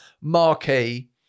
marquee